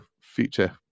future